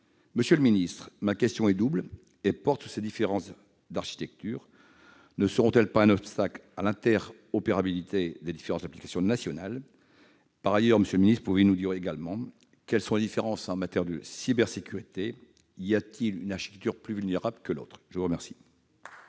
Monsieur le secrétaire d'État, ma question est double et porte sur ces différences d'architecture : ne seront-elles pas un obstacle à l'interopérabilité des différentes applications nationales ? Par ailleurs, pouvez-vous nous dire quelles sont les différences en matière de cybersécurité ? Y a-t-il une architecture plus vulnérable que l'autre ? La parole